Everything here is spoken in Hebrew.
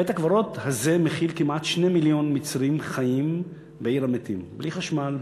בית-הקברות הזה מכיל כמעט 2 מיליון מצרים החיים בעיר המתים בלי חשמל,